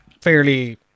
fairly